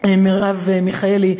מרב מיכאלי,